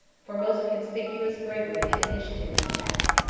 for most conspicuous bravery and initiative in attack.